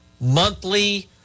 monthly